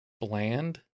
bland